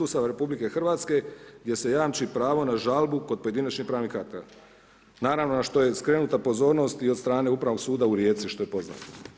Ustava RH gdje se jamči pravo na žalbu kod pojedinačnih pravnih akata, naravno na što je skrenuta pozornost i od strane Upravnog suda u Rijeci, što je poznato.